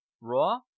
Raw